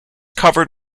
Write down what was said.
covered